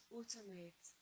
automate